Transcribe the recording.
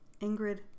Ingrid